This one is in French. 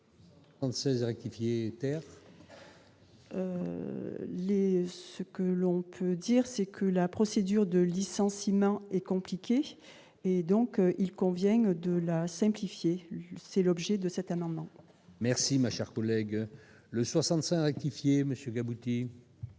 saisit rectifier terre. Les ce que l'on peut dire, c'est que la procédure de licenciement et compliqué et donc il convient de la simplifier, c'est l'objet de cette amendement. Merci, ma chère collègue le 65 actif est